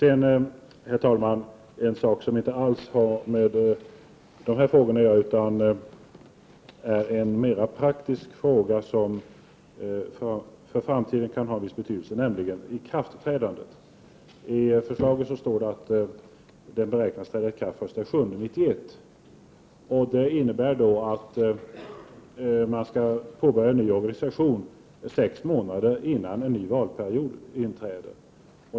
En sak som inte alls har med dessa frågor att göra utan är en mera praktisk fråga som kan ha en viss betydelse för framtiden är ikraftträ dandet. I förslaget står det att det beräknas träda i kraft den 1 juli 1991. Det innebär att man skall införa en ny organisation sex månader innan en ny valperiod infaller.